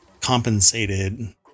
compensated